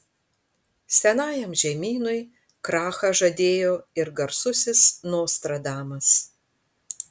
senajam žemynui krachą žadėjo ir garsusis nostradamas